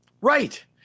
Right